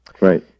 right